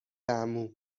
عمو